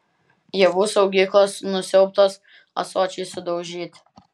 javų saugyklos nusiaubtos ąsočiai sudaužyti